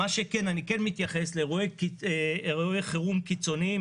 אני כן מתייחס לאירועי חירום קיצוניים.